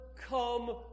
Come